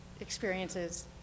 experiences